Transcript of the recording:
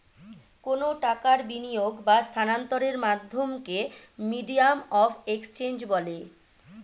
কোনো টাকার বিনিয়োগ বা স্থানান্তরের মাধ্যমকে মিডিয়াম অফ এক্সচেঞ্জ বলে